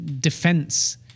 defense